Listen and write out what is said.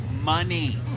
money